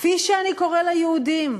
כפי שאני קורא ליהודים,